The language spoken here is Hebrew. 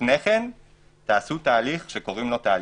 לפני כן תעשו תהליך מהו"ת,